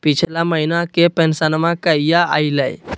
पिछला महीना के पेंसनमा कहिया आइले?